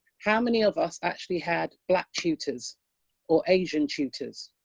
how many of us actually had black tutors or asian tutors?